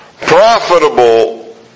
Profitable